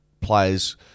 players